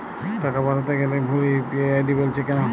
টাকা পাঠাতে গেলে ভুল ইউ.পি.আই আই.ডি বলছে কেনো?